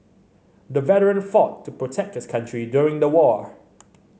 the veteran fought to protect his country during the war